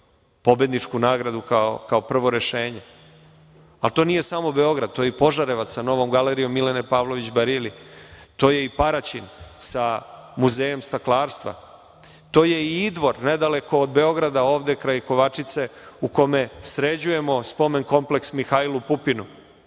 pobedničku nagradu kao prvo rešenje. To nije samo Beograd, to je i Požarevac sa novom Galerijom Milene Pavlović Barili, to je i Paraćin sa Muzejom staklarstva, to je i Idvor, nedaleko od Beograda, ovde kraj Kovačice, u kome sređujemo spomen-kompleks Mihajlu Pupinu.